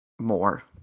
more